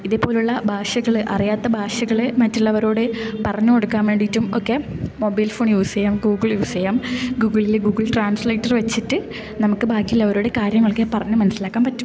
ഇതേ പോലുള്ള ഭാഷകള് അറിയാത്ത ഭാഷകള് മറ്റുള്ളവരോട് പറഞ്ഞ് കൊടുക്കാൻ വേണ്ടിയിട്ടും ഒക്കെ മൊബൈൽ ഫോൺ യൂസ് ചെയ്യാം ഗൂഗിൾ യൂസ് ചെയ്യാം ഗൂഗിളില് ഗൂഗിൾ ട്രാൻസ്ലേറ്റർ വച്ചിട്ട് നമുക്ക് ബാക്കിയുള്ളവരോട് കാര്യങ്ങളൊക്കെ പറഞ്ഞ് മനസ്സിലാക്കാൻ പറ്റും